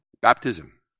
Baptism